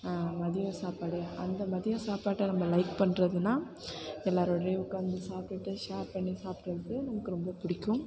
மதியம் சாப்பாடு அந்த மதியம் சாப்பாட்டை நம்ம லைக் பண்ணறதுனா எல்லோரோடயும் உட்காந்து சாப்பிட்டுட்டு ஷேர் பண்ணி சாப்பிட்றதுக்கு நமக்கு ரொம்ப பிடிக்கும்